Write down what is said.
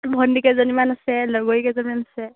ভণ্টি কেইজনীমান আছে লগৰী কেইজনীমান আছে